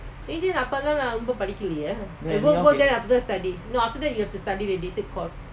then anyhow can